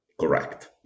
Correct